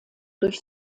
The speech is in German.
durch